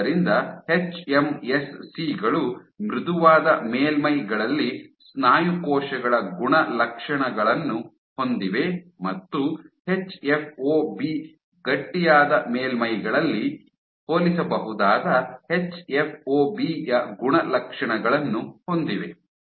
ಆದ್ದರಿಂದ ಎಚ್ಎಂಎಸ್ಸಿ ಗಳು ಮೃದುವಾದ ಮೇಲ್ಮೈಗಳಲ್ಲಿ ಸ್ನಾಯು ಕೋಶಗಳ ಗುಣಲಕ್ಷಣಗಳನ್ನು ಹೊಂದಿವೆ ಮತ್ತು ಎಚ್ಎಫ್ಒಬಿ ಗಟ್ಟಿಯಾದ ಮೇಲ್ಮೈಗಳಿಗೆ ಹೋಲಿಸಬಹುದಾದ ಎಚ್ಎಫ್ಒಬಿ ಯ ಗುಣಲಕ್ಷಣಗಳನ್ನು ಹೊಂದಿವೆ